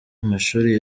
amashuri